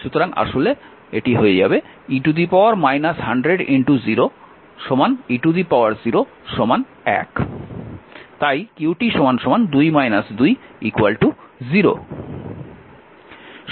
সুতরাং আসলে e 1000 e0 1 তাই q 2 2 0